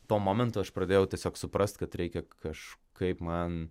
tuo momentu aš pradėjau tiesiog suprast kad reikia kažkaip man